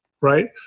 right